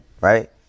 Right